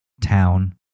town